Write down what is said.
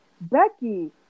Becky